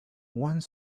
one